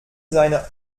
seiner